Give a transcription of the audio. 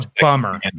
bummer